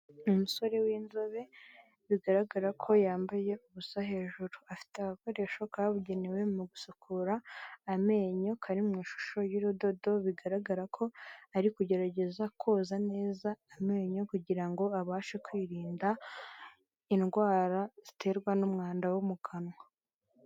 Umusore w'inzobe bigaragara ko yambaye ubusa hejuru. Afite agakoresho kabugenewe mu gusukura amenyo kari mu ishusho y'urudodo bigaragara ko ari kugerageza koza neza amenyo kugira ngo abashe kwirinda indwara ziterwa n'umwanda wo mu kanwa.